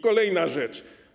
Kolejna rzecz.